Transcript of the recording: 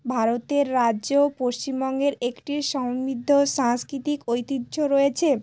ভারতের রাজ্যেও পশ্চিমবঙ্গের একটি সমৃদ্ধ সাংস্কৃতিক ঐতিহ্য রয়েছে